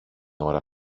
ώρα